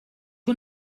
que